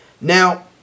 Now